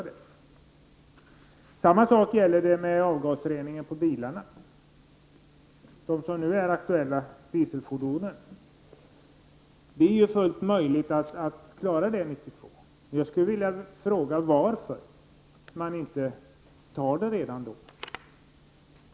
Detsamma gäller för avgasrening på de nu aktuella dieselfordonen. Det är fullt möjligt att genomföra en avgasrening till 1992. Jag undrar varför man inte beslutar om det.